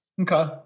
Okay